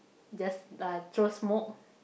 just uh throw smoke